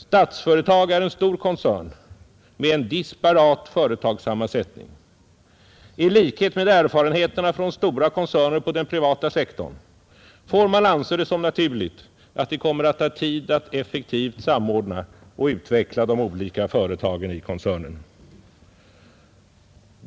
Statsföretag är en stor koncern med en disparat företagssammansättning. I enlighet med erfarenheterna från stora koncerner på den privata sektorn får man anse det som naturligt att det kommer att ta ,tid att effektivt samordna och utveckla de olika företagen i koncernen.